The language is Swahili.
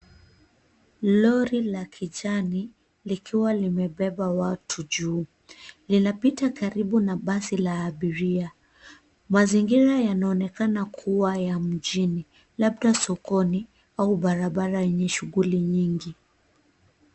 Lori la kijani, likiwa limebeba watu juu. Linapita karibu na basi la abiria. Mazingira yanaonekana kuwa ya mjini, labda sokoni au barabara yenye shughuli nyingi.